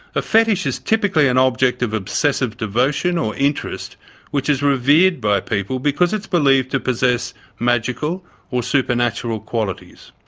a fetish is typically an object of obsessive devotion or interest which is revered by people because it's believed to possess magical or supernatural qualities.